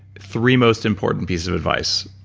three most important piece of advice,